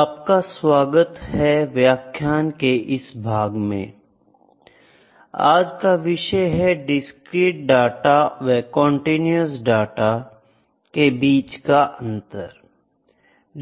आज का विषय है डिस्क्रीट डाटा व कंटीन्यूअस डाटा